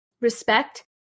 respect